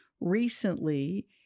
Recently